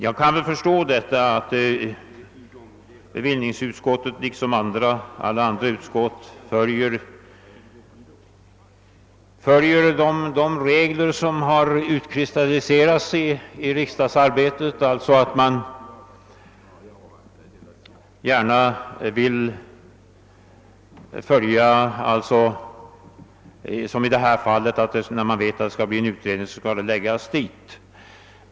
Jag kan förstå att bevillningsutskottet liksom alla andra utskott följer de regler som har utkristalliserat sig i riksdagsarbetet och att utskottet därför vill hänskjuta förslagen till den utredning som skall tillsättas.